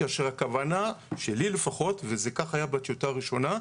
כאשר הכוונה שלי לפחות וכך זה היה בטיוטה הראשונה,